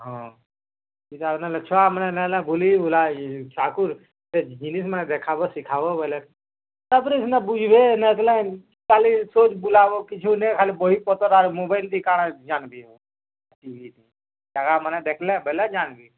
ହଁ ଟିକେ ଆଉ ନେଲେ ଛୁଆମାନେ ନାଇ ହେଲେ ଭୁଲିଭୁଲା ହେଇଯିବେ ତାଙ୍କୁ ସେ ଜିନିଷ୍ ମାନେ ଦେଖାବ ଶିଖାବ ବେଲେ ତା'ର୍ପରେ ସିନା ବୁଝ୍ବେ ନାଇ ଥିଲେ ଖାଲି ସବ୍ ବୁଲାବ କିଛି ନାଇ ଖାଲି ବହିପତର୍ ଆର୍ ମୋବାଇଲ୍ ଥି କା'ଣା ଜାନ୍ବେ ଜାଗାମାନେ ଦେଖ୍ଲେ ବେଲେ ଜାନ୍ବେ